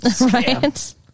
Right